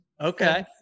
Okay